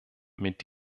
mit